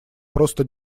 просто